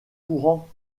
courant